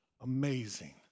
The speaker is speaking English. amazing